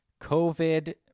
COVID